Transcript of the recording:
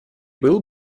был